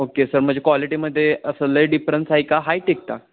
okay sir माझ्या क्वालिटीमध्ये असं लई डिफरन्स आहे का हा ही टिकता